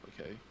okay